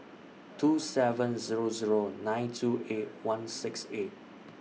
two seven Zero Zero nine two eight one six eight